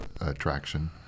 attraction